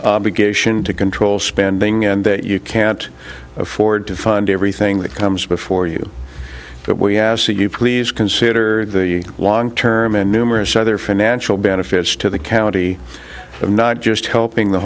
ation to control spending and that you can't afford to fund everything that comes before you but we ask that you please consider the one term and numerous other financial benefits to the county of not just helping the